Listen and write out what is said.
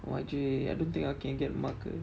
Y_J I don't think I can get marker